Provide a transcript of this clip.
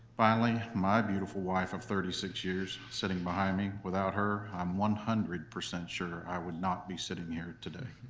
finally, my beautiful wife of thirty six years sitting behind me. without her, i'm one hundred percent sure i would not be sitting here today.